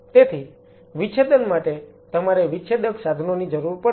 તેથી વિચ્છેદન માટે તમારે વિચ્છેદક સાધનોની જરૂર પડશે